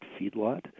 feedlot